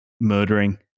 murdering